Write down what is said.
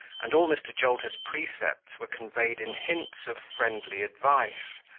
and all mr. jolter's precepts were conveyed in hints of friendly advice,